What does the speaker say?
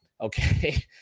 okay